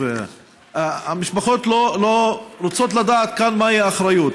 שוב, המשפחות רוצות לדעת מהי האחריות.